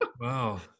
Wow